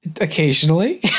Occasionally